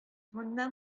моннан